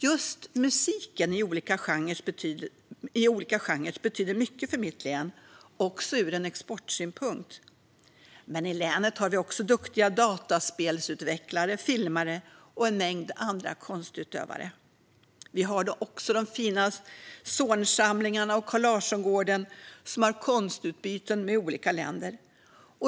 Just musiken, av olika genrer, betyder mycket för mitt län - också ur exportsynpunkt. Men vi har även duktiga dataspelsutvecklare, filmare och en mängd andra konstutövare. Vi har också de fina Zornsamlingarna och Carl Larsson-gården, som har konstutbyten med olika länder.